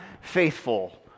Faithful